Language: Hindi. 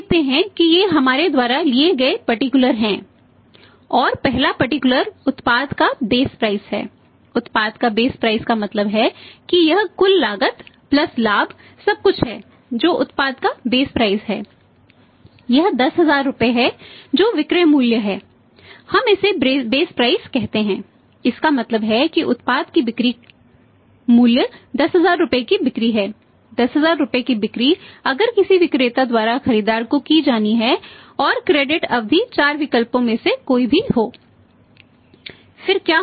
आप देखते हैं कि ये हमारे द्वारा लिए गए पर्टिकुलर अवधि 4 विकल्पों में से कोई भी हो